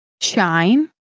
shine